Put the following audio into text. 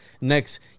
next